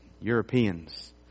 Europeans